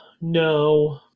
no